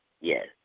Yes